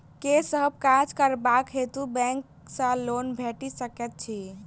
केँ सब काज करबाक हेतु बैंक सँ लोन भेटि सकैत अछि?